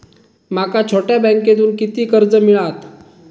माका छोट्या बँकेतून किती कर्ज मिळात?